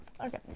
Okay